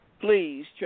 Please